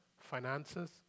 finances